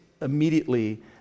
immediately